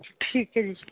ਠੀਕ ਹੈ ਜੀ